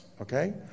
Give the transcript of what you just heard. okay